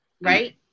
right